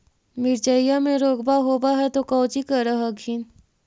मिर्चया मे रोग्बा होब है तो कौची कर हखिन?